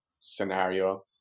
scenario